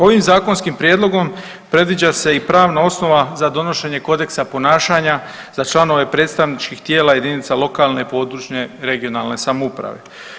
Ovim zakonskim prijedlogom predviđa se i pravna osnova za donošenje kodeksa ponašanja za članove predstavničkih tijela i jedinice lokalne i područne (regionalne) samouprave.